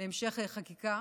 להמשך חקיקה.